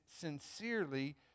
sincerely